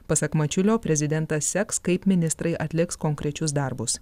pasak mačiulio prezidentas seks kaip ministrai atliks konkrečius darbus